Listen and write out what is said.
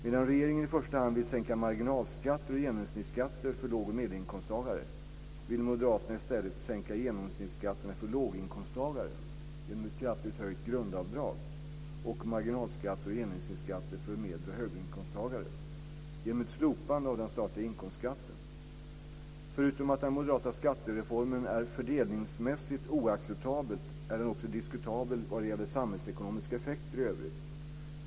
Medan regeringen i första hand vill sänka marginalskatter och genomsnittsskatter för lågoch medelinkomsttagare vill moderaterna i stället sänka genomsnittsskatterna för låginkomsttagare - genom ett kraftigt höjt grundavdrag - och marginalskatter och genomsnittsskatter för medel och höginkomsttagare - genom ett slopande av den statliga inkomstskatten. Förutom att den moderata skattereformen är fördelningsmässigt oacceptabel är den också diskutabel vad gäller samhällsekonomiska effekter i övrigt.